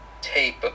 tape